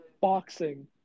boxing